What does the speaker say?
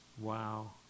Wow